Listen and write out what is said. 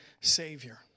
Savior